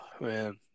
Man